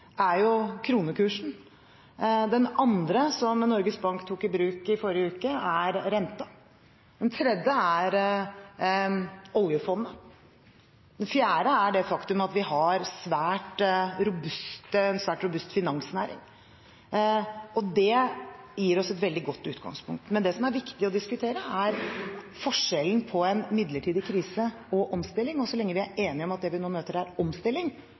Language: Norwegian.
er kronekursen. Den andre, som Norges Bank tok i bruk i forrige uke, er renten. Den tredje er oljefondet. Den fjerde er det faktum at vi har en svært robust finansnæring, og det gir oss et veldig godt utgangspunkt. Men det som er viktig å diskutere, er forskjellen på en midlertidig krise og en omstilling. Så lenge vi er enige om at det vi møter nå, er omstilling,